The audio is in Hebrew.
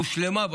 הושלמה,